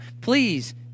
Please